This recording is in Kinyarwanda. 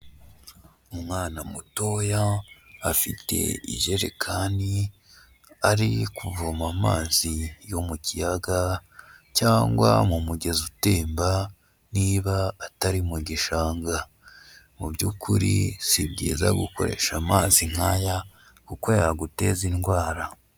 Umwana mutoya afite ijerekani ari kuvoma amazi yo mu kiyaga, cyangwa mu mugezi utemba niba atari mu gishanga, mu byukuri si byiza gukoresha amazi nk'aya kuko yaguteza indwara.